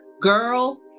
girl